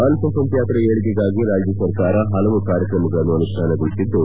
ಅಲ್ಲ ಸಂಖ್ಯಾತರ ಏಳ್ಗೆಗಾಗಿ ರಾಜ್ಯಸರ್ಕಾರ ಹಲವು ಕಾರ್ಯಕ್ರಮಗಳನ್ನು ಅನುಷ್ಠಾನಗೊಳಿಸಿದ್ದು